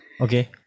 Okay